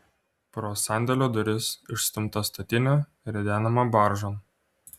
pro sandėlio duris išstumta statinė ridenama baržon